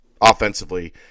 offensively